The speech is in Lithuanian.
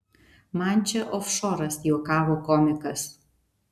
man čia ofšoras juokavo komikas